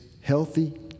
healthy